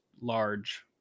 large